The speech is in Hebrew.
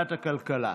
בוועדת הכלכלה.